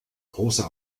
großer